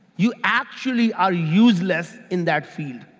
you actually are useless in that field.